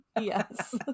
yes